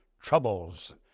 troubles